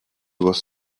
was